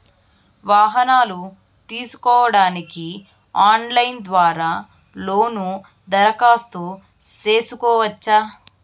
వాహనాలు తీసుకోడానికి ఆన్లైన్ ద్వారా లోను దరఖాస్తు సేసుకోవచ్చా?